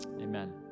amen